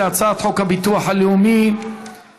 אנחנו עוברים להצעת חוק הביטוח הלאומי (תיקון